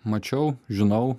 mačiau žinau